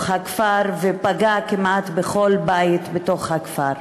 בתוך הכפר, ופגע כמעט בכל בית בתוך הכפר.